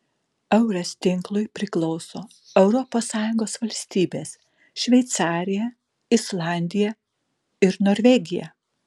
eures tinklui priklauso europos sąjungos valstybės šveicarija islandija ir norvegija